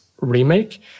remake